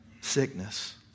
sickness